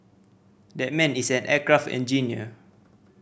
that man is an aircraft engineer